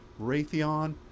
Raytheon